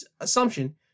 assumption